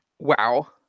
Wow